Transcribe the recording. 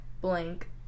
blank